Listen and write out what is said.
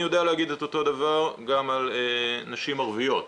יודע להגיד את אותו דבר גם על נשים ערביות.